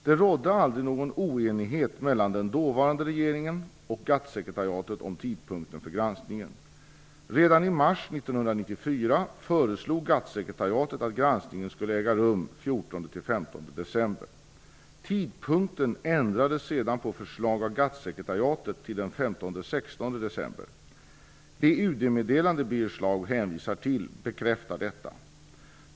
Det rådde aldrig någon oenighet mellan den dåvarande regeringen och GATT-sekretariatet om tidpunkten för granskningen. Redan i mars 1994 föreslog GATT-sekretariatet att granskningen skulle äga rum den 14-15 december. Tidpunkten ändrades sedan på förslag av GATT-sekretariatet till den 15-16 december. Det UD-meddelande Birger Schlaug hänvisar till bekräftar detta.